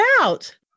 out